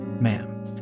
ma'am